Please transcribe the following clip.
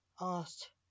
asked